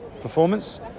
performance